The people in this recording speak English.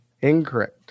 incorrect